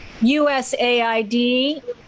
USAID